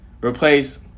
replace